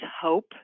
hope